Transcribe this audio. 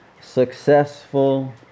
successful